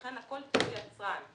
לכן הכול תלוי יצרן.